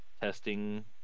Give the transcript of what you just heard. testing